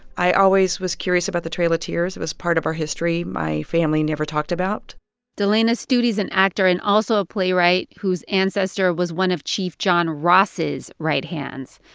i always was curious about the trail of tears. it was part of our history my family never talked about delanna studi's an actor and also a playwright whose ancestor was one of chief john ross' right hands.